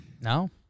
No